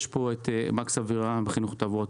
נמצא פה מקס אבירם מחינוך תעבורתי,